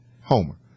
Homer